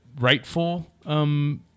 rightful